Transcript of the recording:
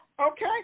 Okay